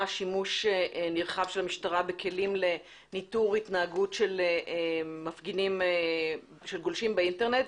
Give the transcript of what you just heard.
שימוש נרחב של המשטרה בכלים לניטור התנהגות של גולשים באינטרנט.